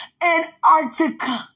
Antarctica